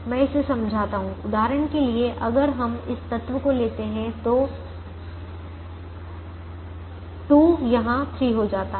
मैं इसे समझाता हूं उदाहरण के लिए अगर हम इस तत्व को लेते हैं तो 2 यहां 3 हो जाता हैं